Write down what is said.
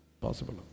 Possible